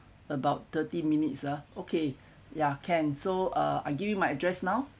about thirty minutes ah okay ya can so uh I give you my address now